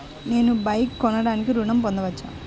నేను బైక్ కొనటానికి ఋణం పొందవచ్చా?